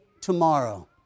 tomorrow